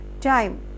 time